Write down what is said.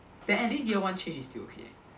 then at least year one change still okay